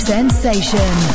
Sensation